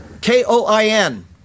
K-O-I-N